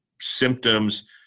symptoms